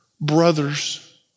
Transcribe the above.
brothers